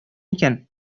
икән